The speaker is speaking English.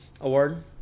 award